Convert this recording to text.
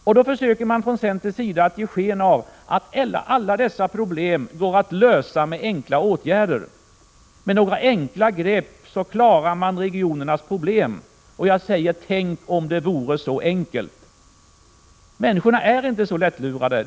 Från centern försöker man ge sken av att alla dessa problem går att lösa med enkla åtgärder — med några enkla grepp skall man klara regionernas problem. Tänk, om det vore så enkelt! Människor är inte så lättlurade.